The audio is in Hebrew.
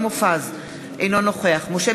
אינו נוכח שאול מופז,